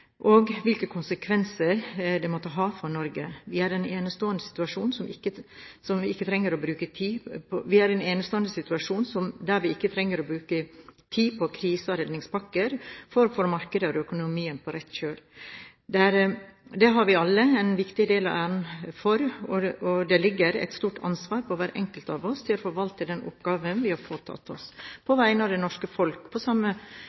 og hvilke konsekvenser de måtte ha for Norge. Vi er i en enestående situasjon, der vi ikke trenger å bruke tid på krise- og redningspakker for å få markeder og økonomi på rett kjøl. Det har vi alle en viktig del av æren for, og det ligger et stort ansvar på hver enkelt av oss til å forvalte den oppgaven vi har påtatt oss på vegne av det norske folk, på samme